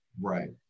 right